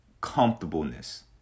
comfortableness